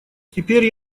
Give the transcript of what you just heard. теперь